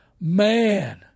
Man